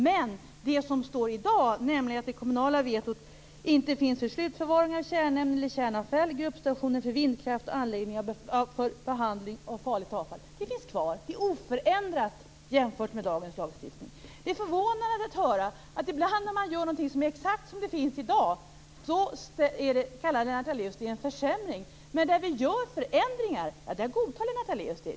Men det som står i dag, nämligen att det kommunala vetot inte finns för slutförvaring av kärnämne eller kärnavfall, gruppstationer för vindkraft och anläggningar för behandling av farligt avfall, finns kvar. Det är oförändrat jämfört med dagens lagstiftning. Det förvånar mig att ibland när man gör någonting som är exakt som i dag kallar Lennart Daléus det för en försämring. Men där vi gör förändringar godtar Lennart Daléus det.